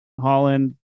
Holland